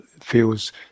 feels